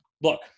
Look